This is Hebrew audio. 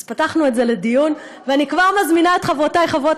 אז פתחנו את זה לדיון ואני כבר מזמינה את חברותי חברות